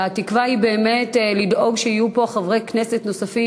והתקווה היא באמת לדאוג שיהיו פה חברי כנסת נוספים,